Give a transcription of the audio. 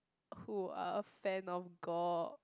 who are a fan of gore